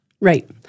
Right